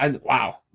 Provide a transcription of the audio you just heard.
Wow